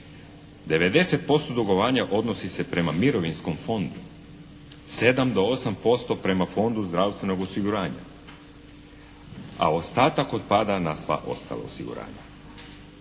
90% dugovanja odnosi se prema Mirovinskom fondu, 7 do 8% prema Fondu zdravstvenog osiguranja, a ostatak otpada na sva ostala osiguranja.